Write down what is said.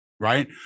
Right